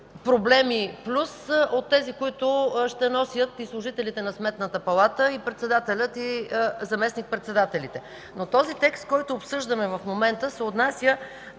проблеми плюс тези, които ще носят и служителите на Сметната палата, и председателят, и заместник-председателите. Текстът, който обсъждаме в момента, се отнася